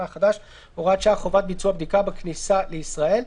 החדש (הוראת שעה) (חובת ביצוע בדיקה בכניסה לישראל),